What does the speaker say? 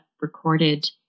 recorded